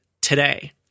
today